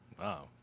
Wow